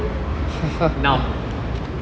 numb